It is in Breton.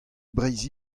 breizh